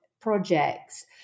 projects